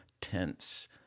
tense